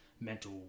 mental